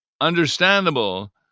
understandable